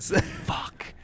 Fuck